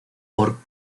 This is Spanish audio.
por